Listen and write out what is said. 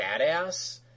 badass